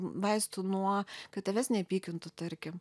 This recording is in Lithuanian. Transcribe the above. vaistų nuo kad tavęs nepykintų tarkim